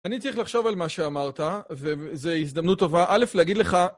אני צריך לחשוב על מה שאמרת, וזו הזדמנות טובה, א', להגיד לך...